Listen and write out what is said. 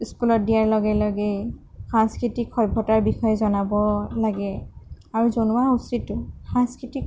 স্কুলত দিয়াৰ লগে লগে সাংস্কৃতিক সভ্যতাৰ বিষয়ে জনাব লাগে আৰু জনোৱা উচিতো সাংস্কৃতিক